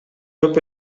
көп